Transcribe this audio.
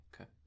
Okay